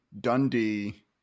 dundee